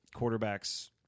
quarterbacks